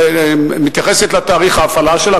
מתייחסת לתאריך ההפעלה שלה,